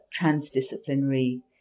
transdisciplinary